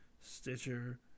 Stitcher